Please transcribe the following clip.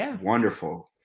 wonderful